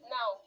Now